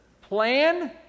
plan